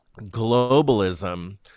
globalism